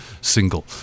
single